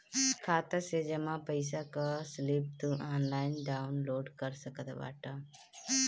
खाता से जमा पईसा कअ स्लिप तू ऑनलाइन डाउन लोड कर सकत बाटअ